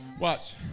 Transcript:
Watch